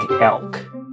elk